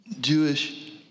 Jewish